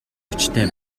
хүчтэй